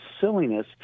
silliness